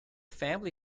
family